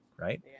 Right